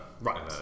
right